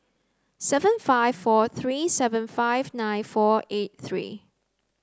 seven five four three seven five nine four eight three